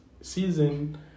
season